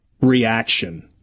reaction